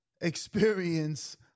experience